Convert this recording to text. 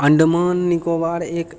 अण्डमान निकोबार एक